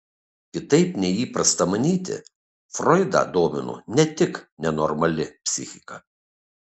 kitaip nei įprasta manyti froidą domino ne tik nenormali psichika